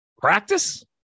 practice